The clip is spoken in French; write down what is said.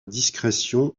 discrétion